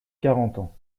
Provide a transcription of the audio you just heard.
carentan